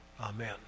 Amen